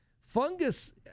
Fungus